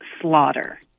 slaughter